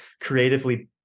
creatively